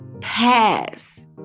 pass